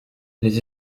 les